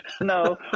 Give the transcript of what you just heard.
No